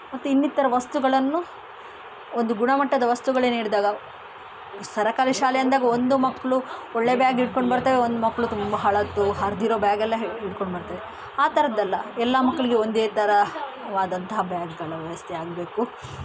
ಮತ್ತೆ ಇನ್ನಿತ್ತರ ವಸ್ತುಗಳನ್ನು ಒಂದು ಗುಣಮಟ್ಟದ ವಸ್ತುಗಳೇ ನೀಡಿದಾಗ ಸರಕಾರಿ ಶಾಲೆ ಅಂದಾಗ ಒಂದು ಮಕ್ಕಳು ಒಳ್ಳೆ ಬ್ಯಾಗ್ ಹಿಡ್ಕೊಂಡು ಬರ್ತಾವೆ ಒಂದು ಮಕ್ಕಳು ತುಂಬ ಹಳತು ಹರಿದಿರೋ ಬ್ಯಾಗ್ ಎಲ್ಲ ಹಿಡ್ಕೊಂಡು ಬರ್ತಾರೆ ಆ ಥರದ್ದೆಲ್ಲ ಎಲ್ಲ ಮಕ್ಕಳಿಗೆ ಒಂದೇ ಥರವಾದಂತಹ ಬ್ಯಾಗ್ಗಳ ವ್ಯವಸ್ಥೆ ಆಗಬೇಕು